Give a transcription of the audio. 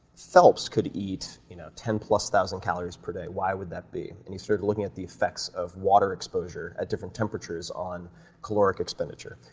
phelps could eat you know ten plus thousand calories per day. what would that be, and he started looking at the effects of water exposure at different temperatures on caloric expenditure.